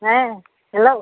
ᱦᱮᱸ ᱦᱮᱞᱳ